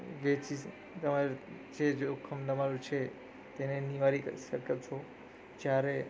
વેચી તમારી શેર જોખમ જે તમારું છે તેને નિવારી શકો છો જ્યારે